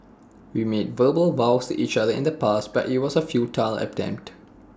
we made verbal vows to each other in the past but IT was A futile attempt